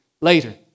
later